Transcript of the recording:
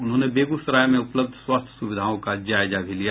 उन्होंने बेगूसराय में उपलब्ध स्वास्थ्य सुविधओं का जायजा भी लिया